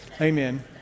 Amen